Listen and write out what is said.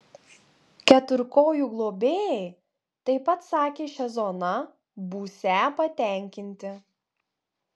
keturkojų globėjai taip pat sakė šia zona būsią patenkinti